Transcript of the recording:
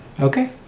Okay